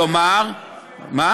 אך לא